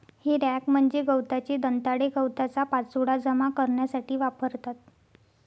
हे रॅक म्हणजे गवताचे दंताळे गवताचा पाचोळा जमा करण्यासाठी वापरतात